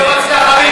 אני לא מצליח להבין,